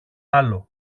άλλο